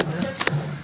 הישיבה נעולה.